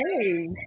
Hey